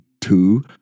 two